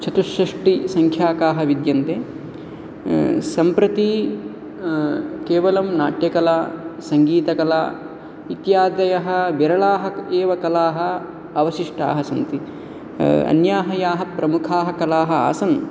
चतुःषष्टिसंख्याकाः विद्यन्ते सम्प्रति केवलं नाट्यकला सङ्गीतकला इत्यादयः विरलाः एव कलाः अवशिष्टाः सन्ति अन्याः याः प्रमुखाः कलाः आसन्